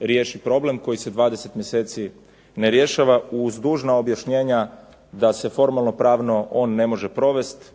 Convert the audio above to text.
riješi problem koji se 20 mjeseci ne rješava uz dužna objašnjenja da se formalno pravno on ne može provesti,